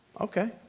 Okay